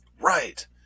right